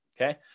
okay